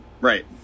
Right